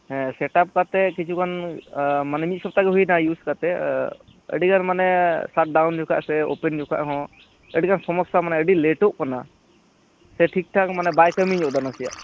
ᱦᱮᱸ ᱥᱮᱴᱟᱯ ᱠᱟᱛᱮ ᱠᱤᱪᱷᱩᱜᱟᱱ ᱢᱟᱱᱮ ᱢᱤᱫ ᱥᱚᱯᱛᱟᱜᱮ ᱦᱩᱭᱮᱱᱟ ᱤᱭᱩᱡᱽ ᱠᱟᱛᱮ ᱟᱹᱰᱤ ᱜᱟᱱ ᱢᱟᱱᱮ ᱥᱟᱴᱰᱟᱣᱩᱱ ᱡᱚᱠᱷᱚᱱ ᱥᱮ ᱳᱯᱮᱱ ᱡᱚᱠᱷᱟᱱ ᱦᱚᱸ ᱟᱹᱰᱤ ᱜᱟᱱ ᱥᱚᱢᱚᱥᱟ ᱢᱟᱱᱮ ᱟᱹᱰᱤ ᱞᱮᱴᱳᱜ ᱠᱟᱱᱟ ᱥᱮ ᱴᱷᱤᱠ ᱴᱷᱟᱠ ᱢᱟᱱᱮ ᱵᱟᱭ ᱠᱟᱹᱢᱤ ᱧᱚᱜ ᱮᱫᱟ ᱱᱟᱥᱮᱭᱟᱜ